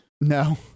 No